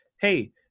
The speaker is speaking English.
hey